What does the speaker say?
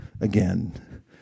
again